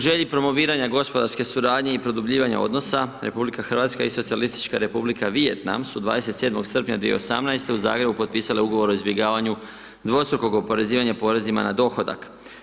želji promoviranja gospodarske suradnje i produbljivanja odnosa, RH i Socijalistička Republika Vijetnam su 27. srpnja 2018.-te u Zagrebu potpisale Ugovor o izbjegavanju dvostrukog oporezivanja porezima na dohodak.